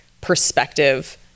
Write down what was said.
perspective